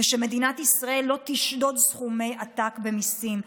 ושמדינת ישראל לא תשדוד סכומי עתק במיסים.